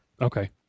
Okay